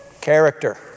character